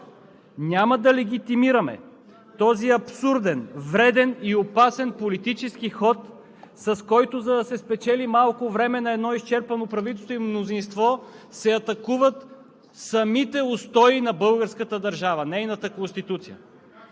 Няма да легитимираме този абсурден, вреден и опасен политически ход, с който, за да се спечели малко време на едно изчерпано правителство и мнозинство, се атакуват самите устои на българската държава – нейната Конституция.